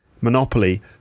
Monopoly